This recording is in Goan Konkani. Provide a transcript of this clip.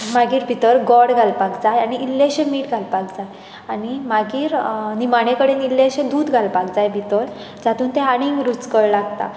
मागीर भितर गोड घालपाक जाय आनी इल्लेंशें मीठ घालपाक जाय आनी मागीर निमाणे कडेन इल्लेंशें दूद घालपाक जाय भितर जातून तें आनीक रुचकळ लागता